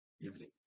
evening